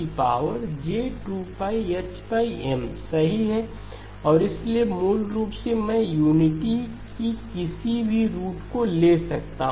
kej2kM सही है और इसलिए मूल रूप से मैं यूनिटी की किसी भी रूट को ले सकता हूं